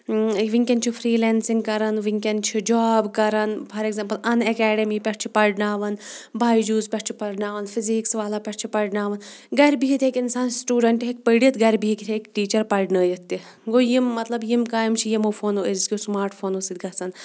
وٕنکٮ۪ن چھُ freelancing کَرَان وٕنکیٚن چھُ جاب کَرَان فار ایٚگزامپٕل اَن اٮ۪کیڈمی پٮٹھ چھِ پَرناوان بایجوٗز پٮ۪ٹھ پَرناوان فِزِکٕس والا پٮ۪ٹھ چھِ پَرناوان گَرِ بِہِتھ ہیٚکہِ اِنسان سٹوٗڈَنٹ ہیٚکہِ پٔرِتھ گرِِ بِہِتھ ہیٚکہِ ٹیٖچر پَرنٲیِتھ تہِ گوٚو یِم مطلب یِم کامہِ چھِ یِمو فونَو أزِکیو سماٹ طسمارتظ فونو سۭتۍ گژھان